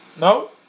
no